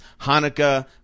Hanukkah